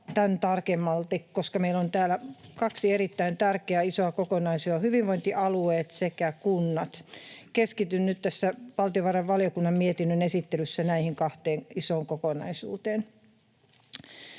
koska meillä on täällä kaksi erittäin tärkeää isoa kokonaisuutta: hyvinvointialueet sekä kunnat. Keskityn nyt tässä valtiovarainvaliokunnan mietinnön esittelyssä näihin kahteen isoon kokonaisuuteen.